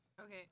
Okay